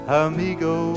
amigo